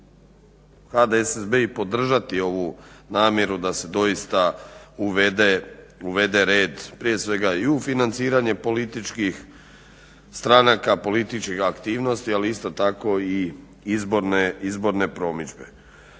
HDSSB i podržati ovu namjeru da se dosita uvede red prije svega i u financiranje političkih stranaka, političkih aktivnosti, ali isto tako i izborne promidžbe.